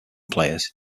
players